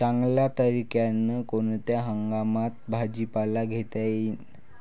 चांगल्या तरीक्यानं कोनच्या हंगामात भाजीपाला घेता येईन?